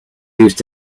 used